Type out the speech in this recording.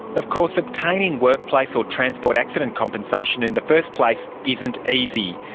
of course obtaining workplace or transport accident compensation in the first place isn't easy.